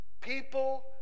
people